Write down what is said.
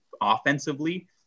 offensively